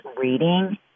reading